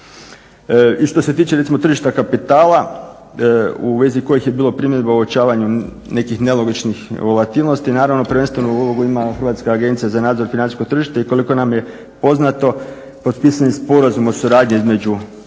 I što se tiče, recimo tržišta kapitala u vezi kojih je bila primjedba o uočavanju nekih nelogičnih regulativnosti, naravno prvenstvenu ulogu ima Hrvatska agencija za nadzor financijskog tržišta i koliko nam je poznato potpisan je sporazum o suradnji između ove dvije